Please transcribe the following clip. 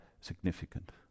significant